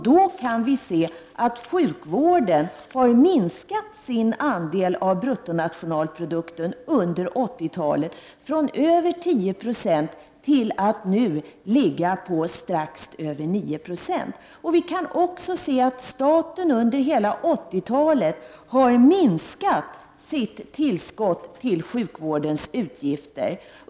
Då kan vi se att sjukvården har minskat sin andel av bruttonationalprodukten under 80-talet från över 10 9 till strax över 9 Jo. Vi kan också se att staten under hela 80-talet har minskat sitt tillskott till sjukvårdens utgifter.